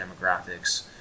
demographics